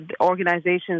organizations